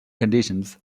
conditions